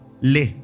le